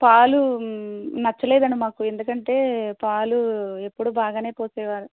పాలు నచ్చలేదండి మాకు ఎందుకంటే పాలు ఎప్పుడు బాగా పోసేవారు